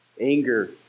Anger